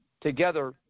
Together